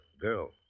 girl